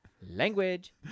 language